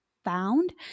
found